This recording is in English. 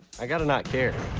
i got to not care.